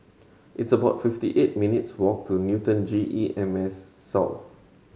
it's about fifty eight minutes' walk to Newton G E M S South